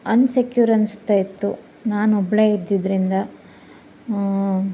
unsecure ಅನ್ನಿಸ್ತಾ ಇತ್ತು ನಾನು ಒಬ್ಬಳೇ ಇದ್ದಿದ್ದರಿಂದ